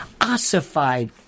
ossified